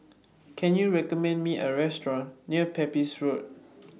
Can YOU recommend Me A Restaurant near Pepys Road